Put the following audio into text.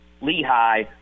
Lehigh